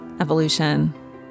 evolution